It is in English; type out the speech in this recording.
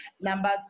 Number